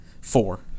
Four